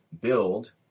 build